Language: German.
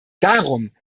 darum